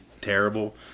terrible